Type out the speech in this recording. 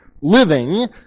living